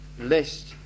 lest